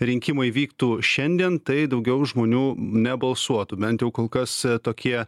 rinkimai vyktų šiandien tai daugiau žmonių nebalsuotų bent jau kol kas tokie